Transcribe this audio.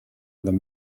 other